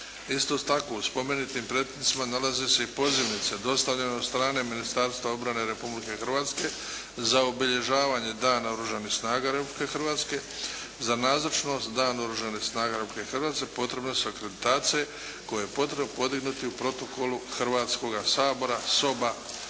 Isto tako u spomenutim pretincima nalaze se i pozivnice dostavljene od strane Ministarstva obrane Republike Hrvatske za obilježavanje Dana oružanih snaga Republike Hrvatske. Za nazočnost Dan oružanih snaga Republike Hrvatske potrebne su akreditacije koje je potrebno podignuti u protokolu Hrvatskoga sabora, soba 134.